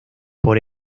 por